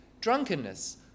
drunkenness